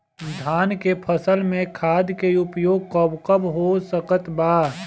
धान के फसल में खाद के उपयोग कब कब हो सकत बा?